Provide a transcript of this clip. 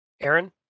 aaron